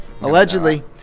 Allegedly